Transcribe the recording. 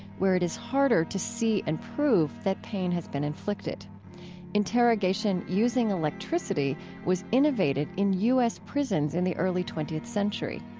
where it is harder to see and prove that pain has been inflicted interrogation using electricity was innovated in u s. prisons in the early twentieth century.